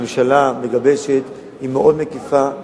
שהממשלה מגבשת היא מאוד מקיפה,